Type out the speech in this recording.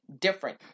different